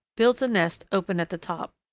builds a nest open at the top.